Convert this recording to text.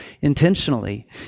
intentionally